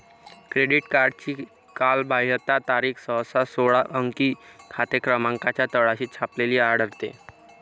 credit कार्डची कालबाह्यता तारीख सहसा सोळा अंकी खाते क्रमांकाच्या तळाशी छापलेली आढळते